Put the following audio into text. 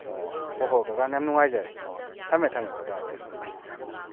ꯑꯣ ꯍꯣꯏ ꯍꯣꯏ ꯀꯀꯥ ꯌꯥꯝꯅ ꯅꯨꯉꯥꯏꯖꯔꯦ ꯍꯣꯏ ꯊꯝꯃꯦ ꯊꯝꯃꯦ ꯀꯀꯥ ꯑꯗꯨꯗꯤ